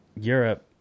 Europe